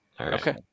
Okay